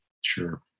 Sure